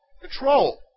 control